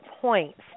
points